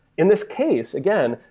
in this case, again,